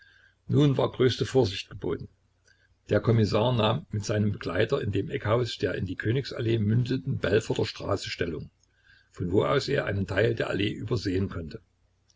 nun war größte vorsicht geboten der kommissar nahm mit seinem begleiter in dem eckhause der in die königs allee mündenden belforter straße stellung von wo aus er einen teil der allee übersehen konnte